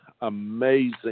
amazing